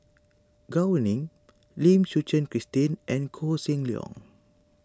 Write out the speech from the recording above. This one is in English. Gao Ning Lim Suchen Christine and Koh Seng Leong